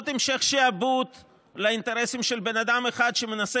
עוד המשך שעבוד לאינטרסים של בן אדם אחד שמנסה